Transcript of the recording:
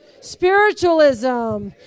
spiritualism